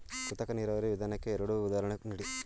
ಕೃತಕ ನೀರಾವರಿ ವಿಧಾನಕ್ಕೆ ಎರಡು ಉದಾಹರಣೆ ನೀಡಿ?